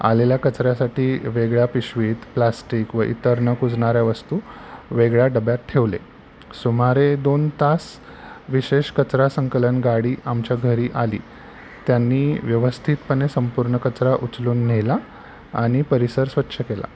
आलेल्या कचऱ्यासाठी वेगळ्या पिशवीत प्लास्टिक व इतर न कुजणाऱ्या वस्तू वेगळ्या डब्यात ठेवले सुमारे दोन तास विशेष कचरा संकलन गाडी आमच्या घरी आली त्यांनी व्यवस्थितपणे संपूर्ण कचरा उचलून नेला आणि परिसर स्वच्छ केला